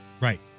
Right